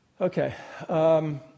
Okay